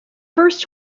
first